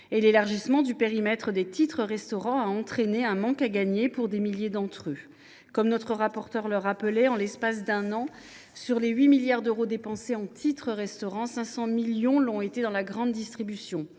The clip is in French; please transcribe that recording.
–, l’élargissement du périmètre des titres restaurant ayant entraîné un manque à gagner pour des milliers d’entre eux. Comme notre rapporteure le rappelait, en l’espace d’un an, sur les 8 milliards d’euros dépensés avec ce moyen de paiement, 500 millions d’euros l’ont été dans la grande distribution.